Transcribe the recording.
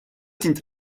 dient